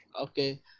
Okay